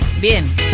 Bien